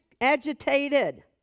agitated